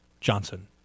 Johnson